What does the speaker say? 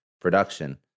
production